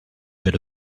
rid